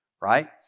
right